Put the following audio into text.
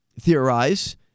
theorize